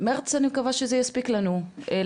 מרץ, אני מקווה שזה יספיק לכם,